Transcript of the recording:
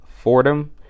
Fordham